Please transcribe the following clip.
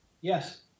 Yes